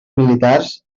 militars